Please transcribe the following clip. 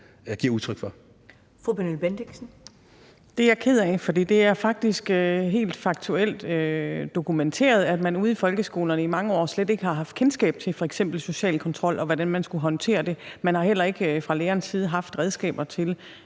Kl. 11:47 Pernille Bendixen (DF): Det er jeg ked af, for det er faktisk dokumenteret, at man ude i folkeskolerne i mange år slet ikke har haft kendskab til f.eks. social kontrol, og hvordan man skulle håndtere det. Man har heller ikke fra lærernes side haft redskaber til